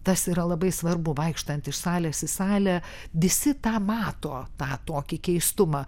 tas yra labai svarbu vaikštant iš salės į salę visi tą mato tą tokį keistumą